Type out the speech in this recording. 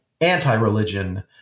anti-religion